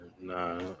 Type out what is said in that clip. nah